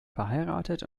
verheiratet